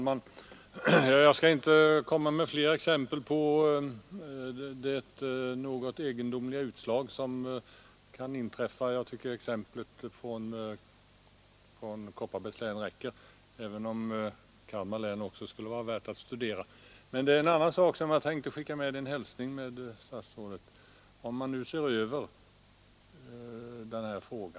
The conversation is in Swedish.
Herr talman! Jag skall inte anföra fler exempel på de något egendomliga utslag som kan förekomma. Jag tycker att exemplet från Kopparbergs län räcker, även om Kalmar län också skulle vara värt att studera. Men när det gäller en annan sak tänkte jag, herr statsråd, få skicka med en hälsning.